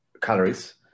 calories